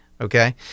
okay